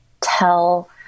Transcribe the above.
tell